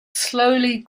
slowly